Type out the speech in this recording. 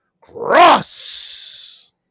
Cross